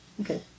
Okay